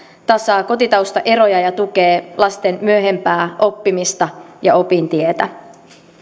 tasaa kotitaustaeroja ja tukee lasten myöhempää oppimista ja opintietä